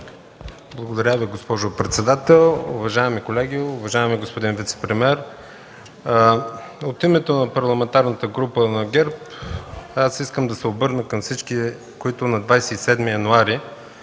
Благодаря, госпожо председател. Уважаеми колеги, уважаеми господин вицепремиер! От името на Парламентарната група на ГЕРБ искам да се обърна към всички, които на 27 януари